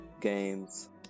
games